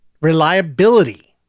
reliability